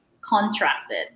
contracted